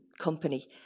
company